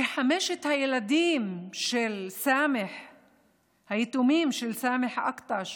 שחמשת הילדים היתומים של סאמח אל-אקטש